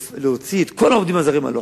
ולהוציא את כל העובדים הזרים הלא-חוקיים.